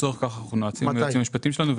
לצורך כך אנחנו נועצים ביועצים המשפטיים שלנו.